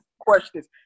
questions